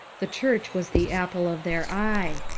the church was the apple of their eye.